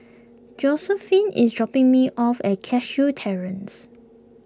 Josiephine is dropping me off at Cashew Terrace